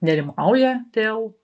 nerimauja dėl